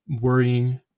worrying